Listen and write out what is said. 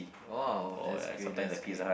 oh that's great that's great